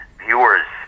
viewers